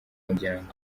miryango